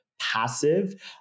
passive